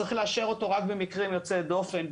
צריך לאשר אותו רק במקרים יוצאי דופן,